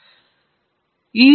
ಮತ್ತು ನಾವು 1